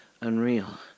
unreal